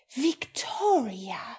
victoria